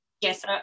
yes